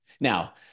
Now